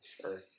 Sure